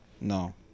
No